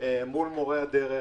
מול מורי הדרך,